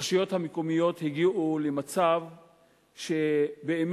הרשויות המקומיות הגיעו למצב שבאמת,